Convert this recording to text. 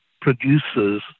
produces